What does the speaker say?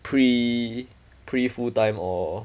pre pre full time or